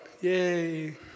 Yay